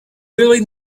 really